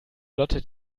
lotte